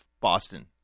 Boston